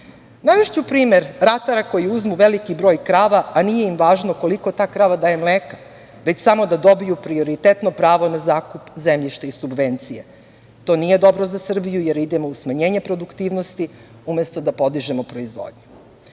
primer ratara koji uzmu veliki broj krava, a nije im važno koliko ta krava daje mleka, već samo da dobiju prioritetno pravo na zakup zemljišta i subvencije. To nije dobro za Srbiju jer idemo u smanjenje produktivnosti umesto da podižemo proizvodnju. Mi